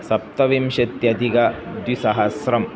सप्तविंशत्यधिकद्विसहस्रम्